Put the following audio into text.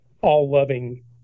all-loving